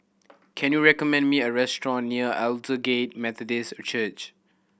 can you recommend me a restaurant near Aldersgate Methodist Church